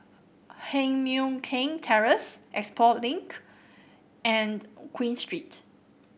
Heng Mui Keng Terrace Expo Link and Queen Street